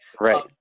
Right